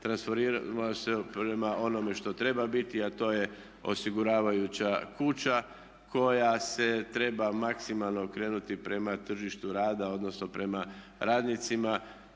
transformirali smo se prema onome što treba biti a to je osiguravajuća kuća koja se treba maksimalno okrenuti prema tržištu rada odnosno prema radnicima